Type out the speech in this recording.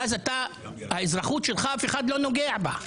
ואז אף אחד לא נוגע באזרחות שלך.